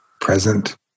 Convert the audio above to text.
present